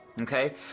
Okay